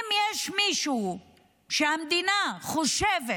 אם יש מישהו שהמדינה חושבת